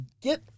get